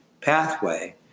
pathway